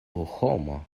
homo